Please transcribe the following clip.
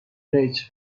ریچ